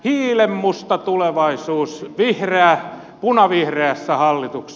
hiilenmusta tulevaisuus punavihreässä hallituksessa